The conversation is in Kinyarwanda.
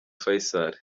faisal